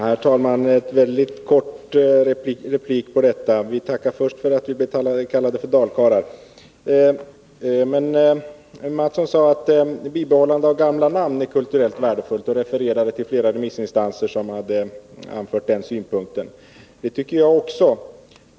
Herr talman! En väldigt kort replik på detta. Jag tackar först för att vi blir kallade för dalkarlar. Kjell Mattsson sade att bibehållande av gamla namn är kulturellt värdefullt, och han refererade till flera remissinstanser som anfört den synpunkten. Det tycker jag också.